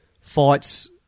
fights